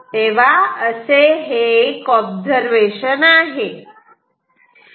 असे हे एक ऑब्झर्वेशन आहे